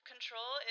Control